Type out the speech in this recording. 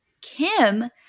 Kim